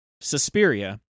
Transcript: Suspiria